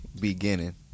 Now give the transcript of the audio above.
beginning